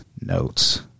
notes